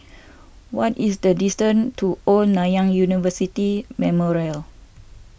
what is the distance to Old Nanyang University Memorial